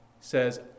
says